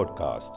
Podcast